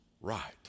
right